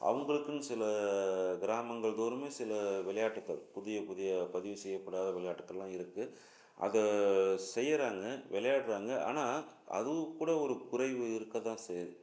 அவங்களுக்குன்னு சில கிராமங்கள் தோறுமே சில விளையாட்டுக்கள் புதிய புதிய பதிவு செய்யப்படாத விளையாட்டுக்களெலாம் இருக்குது அதை செய்கிறாங்க விளையாடுறாங்க ஆனால் அதுவும் கூட ஒரு குறைவு இருக்க தான் செய்யுது